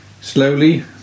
Slowly